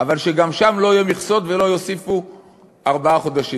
אבל שגם שם לא יהיו מכסות ולא יוסיפו ארבעה חודשים,